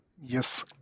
Yes